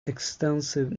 extensive